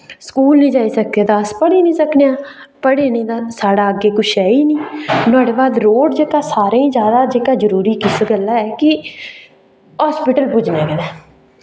school निं जाई सकने ते अस पढ़ी निं सकने आं पढ़े निं तां साढ़ा अग्गें किश है ई निं नुआढ़े बाद रोड़ जेह्का सारें ई जैदा जेह्का जरुरी किस गल्ला ऐ कि हास्पिटल पुज्जने गितै